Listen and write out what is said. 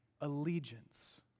allegiance